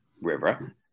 River